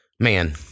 man